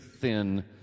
thin